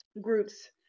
groups